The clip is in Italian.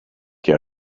che